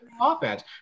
offense